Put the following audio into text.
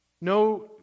no